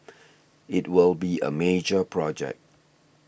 it will be a major project